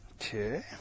Okay